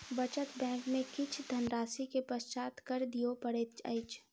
बचत बैंक में किछ धनराशि के पश्चात कर दिअ पड़ैत अछि